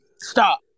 stop